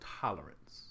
tolerance